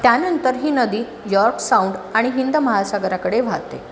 त्यानंतर ही नदी यॉर्क साऊंड आणि हिंद महासागराकडे वाहते